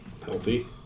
healthy